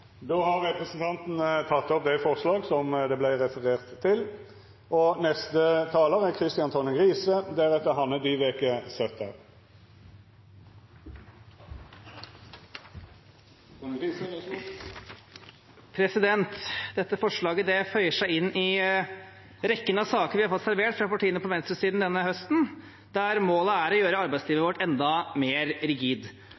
Representanten Lise Christoffersen har teke opp dei forslaga ho refererte til. Dette forslaget føyer seg inn i rekken av saker vi har fått servert fra partiene på venstresiden denne våren, der målet er å gjøre